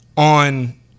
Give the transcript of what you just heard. On